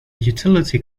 utility